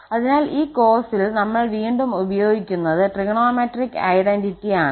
അതിനാൽ ഈ കേസിൽ നമ്മൾ വീണ്ടും ഉപയോഗിക്കുന്നത് ട്രിഗണോമെട്രിക് ഐഡന്റിറ്റി ആണ്